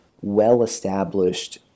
well-established